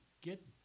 get